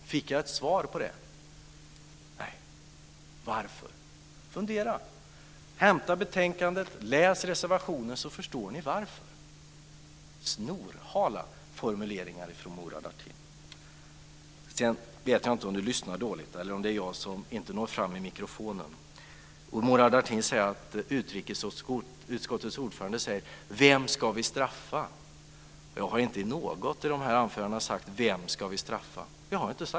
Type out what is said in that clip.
Fick jag något svar? Nej. Varför? Fundera! Hämta betänkandet och läs reservationen, så förstår ni varför. Det är snorhala formuleringar från Murad Artin. Jag vet inte om Murad Artin lyssnar dåligt eller om jag inte når fram i mikrofonen. Murad Artin säger att utrikesutskottets ordförande säger "vem ska vi straffa?". Jag har inte i något av mina anföranden sagt det.